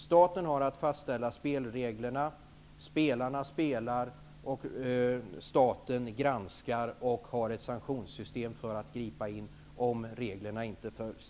Staten har att fastställa spelreglerna, spelarna spelar och staten granskar och har ett sanktionssystem för att gripa in om reglerna inte följs.